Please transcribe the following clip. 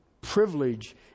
privilege